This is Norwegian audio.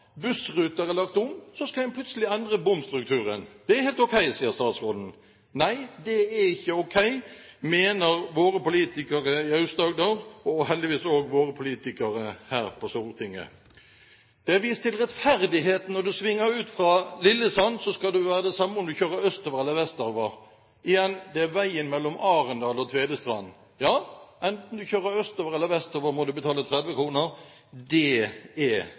bussruter er lagt om, skal man plutselig endre bomstrukturen. Det er helt ok, sier statsråden. Nei, det er ikke ok, mener våre politikere i Aust-Agder, og heldigvis våre politikere her på Stortinget. Det er vist til rettferdigheten i at når man svinger ut fra Lillesand, skal det være det samme om man kjører østover eller vestover. Igjen: Dette gjelder veien mellom Arendal og Tvedestrand. Ja, enten man kjører østover eller vestover, må man betale 30 kr – det er